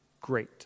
Great